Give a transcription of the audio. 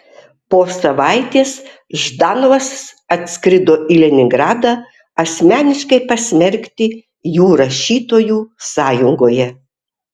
po savaitės ždanovas atskrido į leningradą asmeniškai pasmerkti jų rašytojų sąjungoje